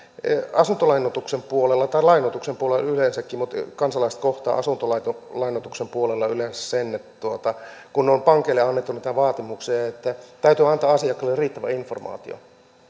asuntolainoituksen puolella tai lainoituksen puolella yleensäkin mutta kansalaiset kohtaavat yleensä asuntolainoituksen puolella sen kun on pankeille annettu niitä vaatimuksia että täytyy antaa asiakkaalle riittävä informaatio